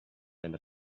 under